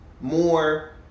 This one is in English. more –